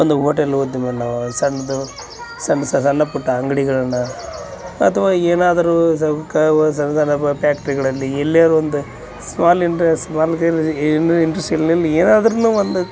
ಒಂದು ಹೋಟೆಲು ಉದ್ಯಮನ್ನ ನಾವ ಸಣ್ಣದು ಸಣ್ಣ ಪುಟ್ಟ ಅಂಗಡಿಗಳನ್ನ ಅಥ್ವಾ ಏನಾದರು ಫ್ಯಾಕ್ಟ್ರಿಗಳಲ್ಲಿ ಎಲ್ಲಿಯಾದರು ಒಂದು ಏನಾದರೂನು ಒಂದು